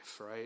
right